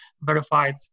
verified